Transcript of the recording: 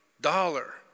dollar